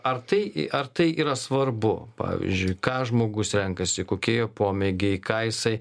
ar tai ar tai yra svarbu pavyzdžiui ką žmogus renkasi kokie jo pomėgiai ką jisai